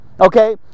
Okay